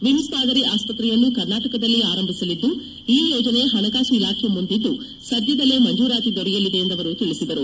VIMS ಮಾದರಿ ಆಸ್ವತ್ರೆಯನ್ನು ಕರ್ನಾಟಕದಲ್ಲಿ ಆರಂಭಿಸಲಿದ್ದು ಈ ಯೋಜನೆ ಹಣಕಾಸು ಇಲಾಖೆ ಮುಂದಿದ್ದು ಸದ್ಯದಲ್ಲೆ ಮಂಜೂರಾತಿ ದೊರೆಯಲಿದೆ ಎಂದು ಅವರು ತಿಳಿಸಿದರು